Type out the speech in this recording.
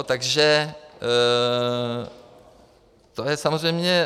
Takže to je samozřejmě...